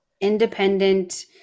independent